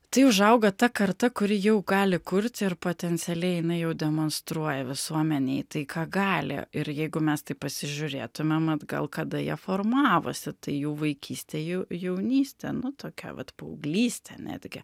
tai užauga ta karta kuri jau gali kurti ir potencialiai jinai jau demonstruoja visuomenei tai ką gali ir jeigu mes taip pasižiūrėtumėm atgal kada jie formavosi tai jų vaikystė jau jaunystė nu tokia vat paauglystė netgi